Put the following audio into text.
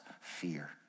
fear